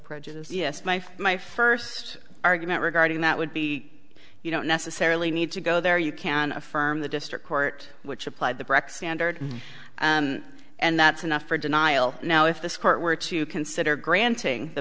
prejudice yes my for my first argument regarding that would be you don't necessarily need to go there you can affirm the district court which applied the breck standard and that's enough for denial now if this court were to consider granting the